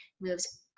moves